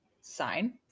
sign